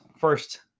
first